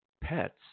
pets –